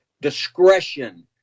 discretion